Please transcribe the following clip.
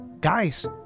guys